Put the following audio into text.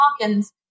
Hawkins